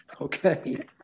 Okay